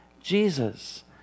Jesus